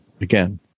again